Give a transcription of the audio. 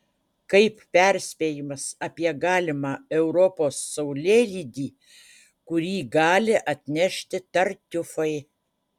kaip perspėjimas apie galimą europos saulėlydį kurį gali atnešti tartiufai